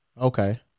okay